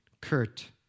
Kurt